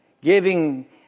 giving